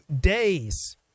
days